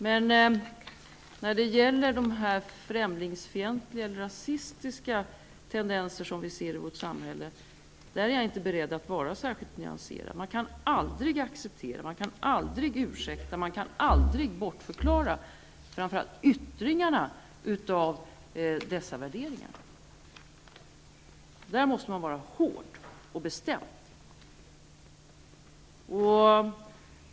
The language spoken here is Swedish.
Men när det gäller de främlingsfientliga eller rasistiska tendenser som vi ser i vårt samhälle är jag inte beredd att vara särskilt nyanserad. Man kan aldrig acceptera, aldrig ursäkta eller bortförklara yttringarna av dessa värderingar. Där måste man vara hård och bestämd.